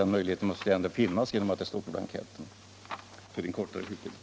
Den möjligheten måste ju ändå finnas eftersom det lämnats utrymme för en sådan anteckning på blanketten.